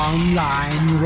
Online